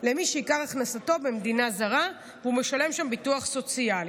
למי שעיקר הכנסתו במדינה זרה והוא משלם שם ביטוח סוציאלי.